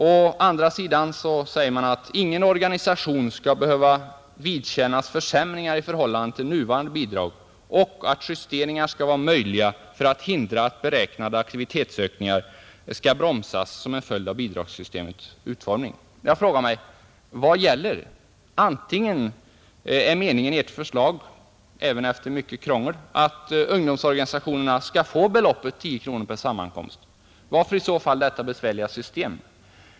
Å andra sidan säger utskottet att ingen organisation skall behöva vidkännas försämringar i förhållande till nuvarande bidrag och att justeringar skall vara möjliga för att hindra att beräknade aktivitetsökningar bromsas som en följd av bidragssystemets utformning. Jag frågar mig: Vad gäller? Antingen är meningen i ert förslag att — låt vara efter mycket krångel — ungdomsorganisationerna skall få beloppet 10 kronor per sammanträde, Men varför i så fall detta besvärliga system?